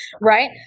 right